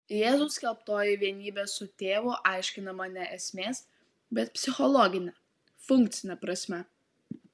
jėzaus skelbtoji vienybė su tėvu aiškinama ne esmės bet psichologine funkcine prasme